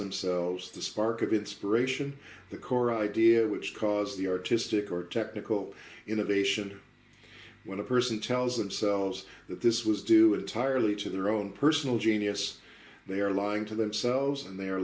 themselves the spark of inspiration the core idea which cause the artistic or technical innovation when a person tells themselves that this was due entirely to their own personal genius they are lying to themselves and the